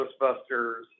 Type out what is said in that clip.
Ghostbusters